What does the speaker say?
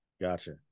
Gotcha